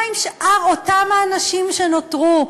מה עם שאר אותם אנשים שנותרו,